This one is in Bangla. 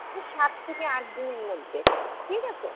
ওই সাত থেকে আট দিনের মধ্যে ঠিক আছে